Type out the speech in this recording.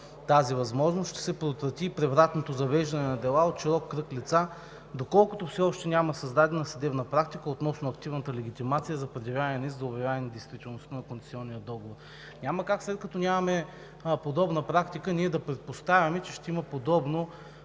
тази възможност ще се предотврати и превратното завеждане на дела от широк кръг лица, доколкото все още няма създадена съдебна практика относно активната легитимация за предявяване на иск за обявяване на недействителност на концесионния договор. Няма как, след като нямаме подобна практика, ние да предпоставяме, че ще има подобно